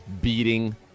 beating